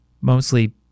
mostly